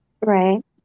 Right